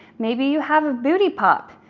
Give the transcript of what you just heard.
maybe you have a booty pop,